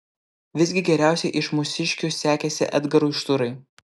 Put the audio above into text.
visgi geriausiai iš mūsiškių sekėsi edgarui šturai